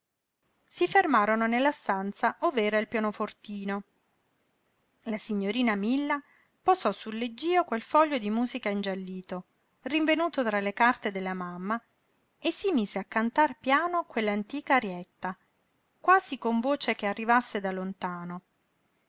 si fermarono nella stanza ov'era il pianofortino la signorina milla posò sul leggío quel foglio di musica ingiallito rinvenuto tra le carte della mamma e si mise a cantar piano quell'antica arietta quasi con voce che arrivasse da lontano